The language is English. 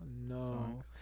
no